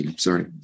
sorry